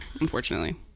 unfortunately